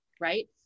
right